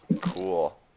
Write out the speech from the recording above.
cool